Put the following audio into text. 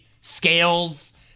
scales